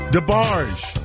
DeBarge